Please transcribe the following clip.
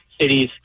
cities